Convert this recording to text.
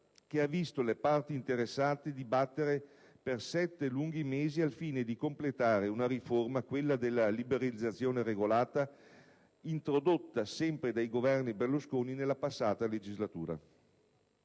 che ha visto le parti interessate dibattere per sette lunghi mesi al fine di completare una riforma, quella della liberalizzazione regolata, introdotta sempre dai Governi Berlusconi in passato.